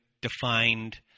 defined